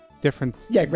different